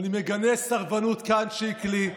אני מגנה סרבנות כאן, שיקלי.